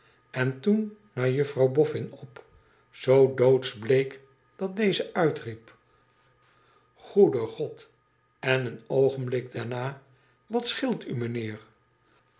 en toen naar juffrouw boffin op zoo doodsbleek dat deze uitriep goede gd en een oogenblik daarna wat scheelt u mijnheer